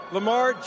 Lamar